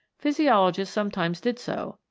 physiologists sometimes did so,